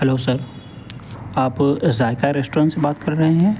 hello sir آپ Zaiqa restaurant سے بات کر رہے ہیں